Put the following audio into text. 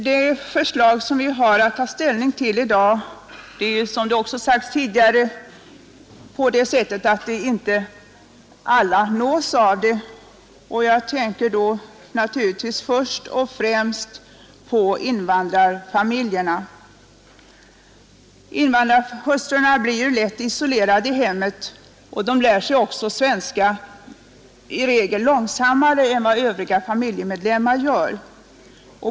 Det förslag vi har att ta ställning till i dag är, som också har sagts tidigare, sådant att inte alla nås av det. Jag tänker då naturligtvis först och främst på invandrarfamiljerna. Invandrarhustrurna blir lätt isolerade i hemmet och lär sig också svenska i regel långsammare än övriga familjemedlemmar gör.